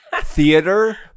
theater